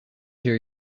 here